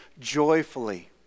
joyfully